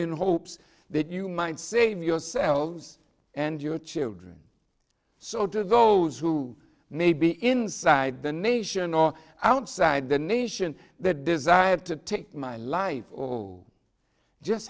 in hopes that you might save yourselves and your children so to those who may be inside the nation or outside the nation the desire to take my life all just